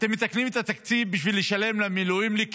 אתם מתקנים את התקציב בשביל לשלם למילואימניקים,